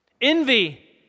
Envy